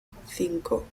cinco